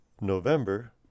november